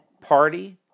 party